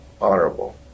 honorable